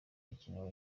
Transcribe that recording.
akinamo